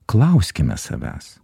klauskime savęs